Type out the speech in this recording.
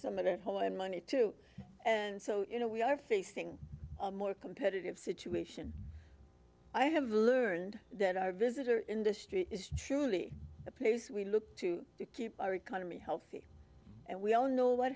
some of that hole and money too and so you know we are facing more competitive situation i have learned that our visitor industry is truly a place we look to to keep our economy healthy and we all know what